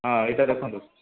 ହଁ ଏଇଟା ଦେଖନ୍ତୁ